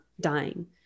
dying